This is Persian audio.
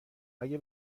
اگه